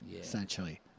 essentially